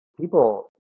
people